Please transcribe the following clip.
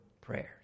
prayers